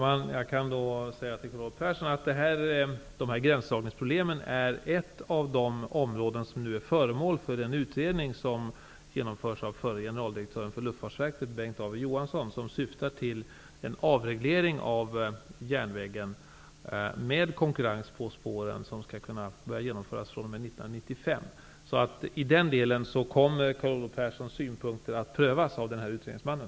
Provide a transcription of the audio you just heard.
Herr talman! Jag kan säga till Carl Olov Persson att gränsdragningsproblemen är ett av de områden som nu är föremål för den utredning som görs av förre generaldirektören för Luftfartsverket Bengt Johansson och som syftar till en avreglering av järnvägen med konkurrens på spåren, vilken skall kunna börja genomföras 1995. I den delen kommer Carl Olov Perssons synpunkter alltså att prövas av denne utredningsman.